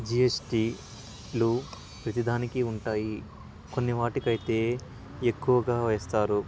జిఎస్టిలు ప్రతిదానికి ఉంటాయి కొన్ని వాటికైతే ఎక్కువగా వేస్తారు